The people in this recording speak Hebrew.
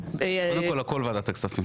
קודם כול, הכול בוועדת הכספים.